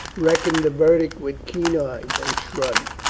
reckoned the verdict with keen eyes and shrugged.